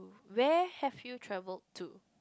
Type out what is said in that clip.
where have you travelled to